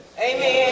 Amen